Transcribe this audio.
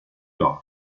lord